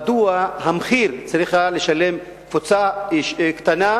מדוע את המחיר צריכה היתה לשלם קבוצה קטנה,